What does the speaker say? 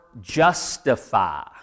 justify